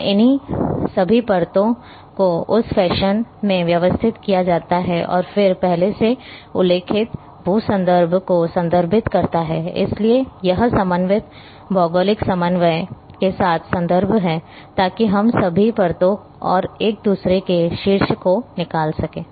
और इन सभी परतों को उस फैशन में व्यवस्थित किया जाता है और फिर पहले से उल्लेखित भू संदर्भ को संदर्भित करता है इसलिए यह समन्वित भौगोलिक समन्वय के साथ संदर्भ है ताकि हम सभी परतों और एक दूसरे के शीर्ष को निकाल सकें